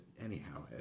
anyhow